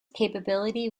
capability